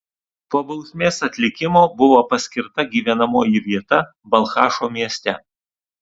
po bausmės atlikimo buvo paskirta gyvenamoji vieta balchašo mieste